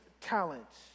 talents